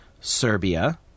Serbia